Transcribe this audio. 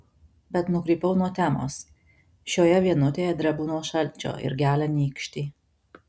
bet nukrypau nuo temos šioje vienutėje drebu nuo šalčio ir gelia nykštį